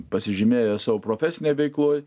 pasižymėję savo profesinėj veikloj